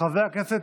חבר הכנסת,